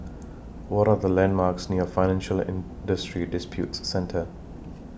What Are The landmarks near Financial and Industry Disputes Centre